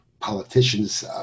politicians